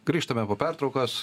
grįžtame po pertraukos